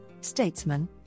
statesman